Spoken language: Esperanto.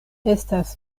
estas